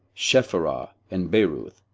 chephirah, and beeroth,